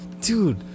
Dude